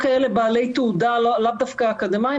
או כאלה בעלי תעודה לאו דווקא אקדמאיים,